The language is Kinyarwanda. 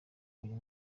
uyu